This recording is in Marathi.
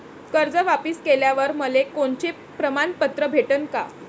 कर्ज वापिस केल्यावर मले कोनचे प्रमाणपत्र भेटन का?